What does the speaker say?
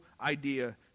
idea